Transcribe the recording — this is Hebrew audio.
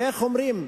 ואיך אומרים,